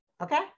okay